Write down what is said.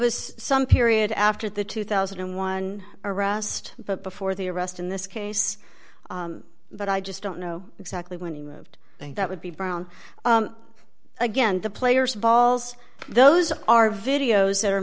was some period after the two thousand and one arrest but before the arrest in this case but i just don't know exactly when he moved i think that would be brown again the players balls those are videos that are